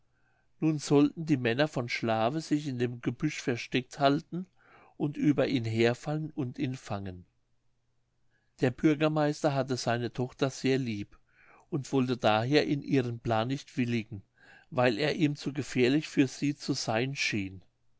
nun sollten die männer von schlawe sich in dem gebüsch versteckt halten und über ihn herfallen und ihn fangen der bürgermeister hatte seine tochter sehr lieb und wollte daher in ihren plan nicht willigen weil er ihm zu gefährlich für sie zu seyn schien